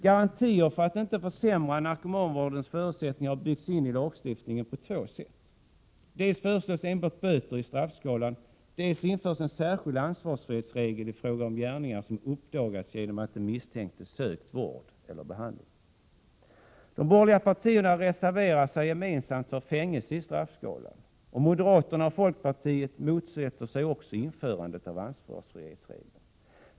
Garantier för att narkomanvårdens förutsättningar inte skall försämras har förts in i lagstiftningen på två sätt: Dels föreslås enbart böter i straffskalan, dels föreslås en särskild ansvarsfrihetsregel i fråga om gärningar som uppdagas genom att den misstänkte sökt vård eller behandling. De borgerliga partierna reserverar sig gemensamt för fängelse i straffskalan, och moderaterna och folkpartiet motsätter sig också införandet av ansvarsfrihetsregeln.